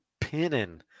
pinning